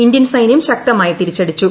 Indian ക്സെന്യം ശക്തമായി തിരിച്ചടിച്ചു